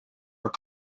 were